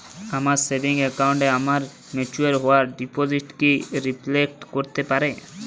আমার সেভিংস অ্যাকাউন্টে আমার ম্যাচিওর হওয়া ডিপোজিট কি রিফ্লেক্ট করতে পারে?